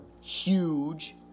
huge